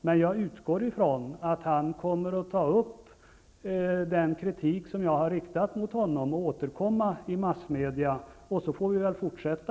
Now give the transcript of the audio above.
Men jag utgår ifrån att han kommer att ta upp den kritik som jag har riktat mot honom och att han kommer att återkomma i massmedia, och därifrån får vi väl fortsätta.